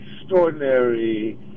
extraordinary